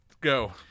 Go